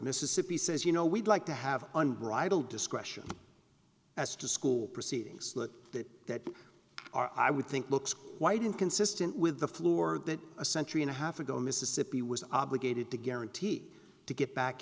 mississippi says you know we'd like to have unbridled discretion as to school proceedings that are i would think books why didn't consistent with the floor that a century and a half ago mississippi was obligated to guarantee to get back